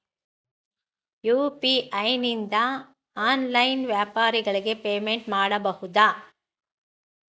UPI ನಿಂದ online ವ್ಯಾಪಾರಗಳಿಗೆ payment ಮಾಡಬಹುದಾ?